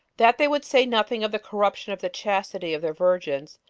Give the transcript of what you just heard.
that they would say nothing of the corruption of the chastity of their virgins,